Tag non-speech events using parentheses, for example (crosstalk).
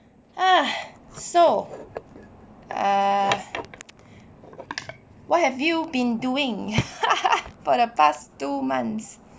ah so ah what have you been doing (laughs) for the past two months